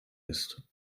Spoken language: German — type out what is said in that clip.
ist